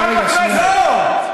לא, רגע.